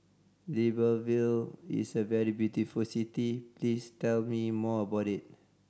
Libreville is a very beautiful city please tell me more about it